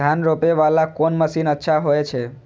धान रोपे वाला कोन मशीन अच्छा होय छे?